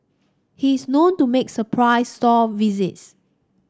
he is known to make surprise store visits